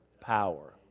power